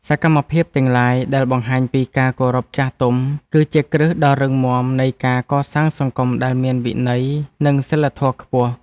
សកម្មភាពទាំងឡាយដែលបង្ហាញពីការគោរពចាស់ទុំ គឺជាគ្រឹះដ៏រឹងមាំនៃការកសាងសង្គមដែលមានវិន័យ និងសីលធម៌ខ្ពស់។